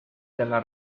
della